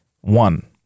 One